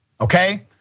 okay